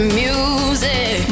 music